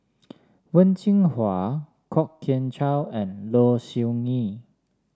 Wen Jinhua Kwok Kian Chow and Low Siew Nghee